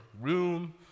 room